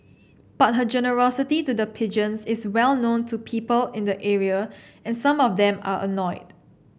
but her generosity to the pigeons is well known to people in the area and some of them are annoyed